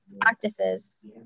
practices